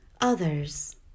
Others